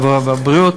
הרווחה והבריאות.